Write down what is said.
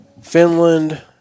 Finland